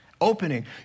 opening